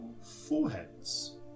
foreheads